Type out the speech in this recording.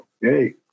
hey